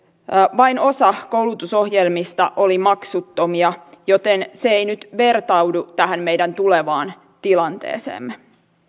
vain osa koulutusohjelmista oli maksuttomia joten se ei nyt vertaudu tähän meidän tulevaan tilanteeseemme